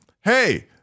Hey